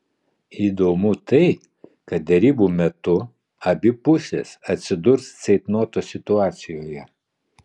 įdomu tai kad derybų metu abi pusės atsidurs ceitnoto situacijoje